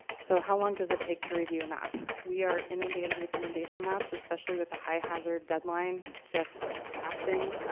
so how long does it take to review a map? we are inundated with inundation maps, especially with the high-hazard deadline just passing.